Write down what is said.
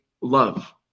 love